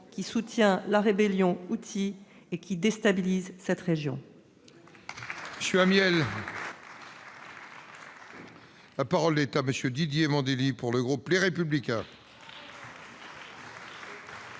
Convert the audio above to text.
qui soutient la rébellion et déstabilise cette région.